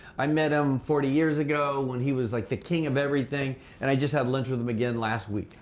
i met him forty years ago when he was like the king of everything and i just had lunch with him again last week.